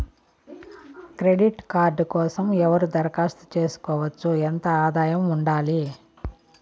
Credit card కోసం ఎవరు దరఖాస్తు చేసుకోవచ్చు? ఎంత ఆదాయం ఉండాలి?